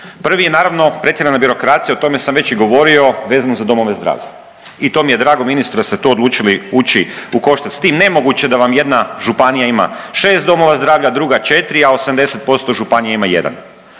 Prvi je naravno pretjerana birokracija, o tome sam već i govorio vezano za domove zdravlja. I to mi je drago ministre da ste to odlučili ući u koštac s tim. Nemoguće da vam jedna županija ima 6 domova zdravlja, druga 4, a 80% županija ima 1.